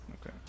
Okay